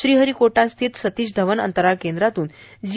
श्रीहरीकोटा स्थित सतीश धवन अंतराळ केंद्रातून जी